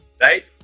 right